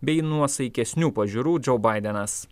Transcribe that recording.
bei nuosaikesnių pažiūrų džou baidenas